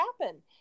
happen